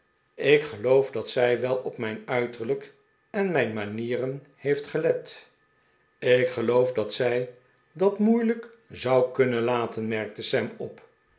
ik geloof dat zij wel op mijn uiterlijk en mijn manieren heeft gelet ik geloof dat zij dat moeilijk zou kunnen laten merkte sam op